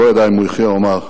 הוא לא ידע אם הוא יחיה, הוא אמר: